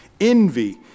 envy